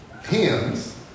hymns